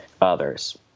others